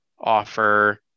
offer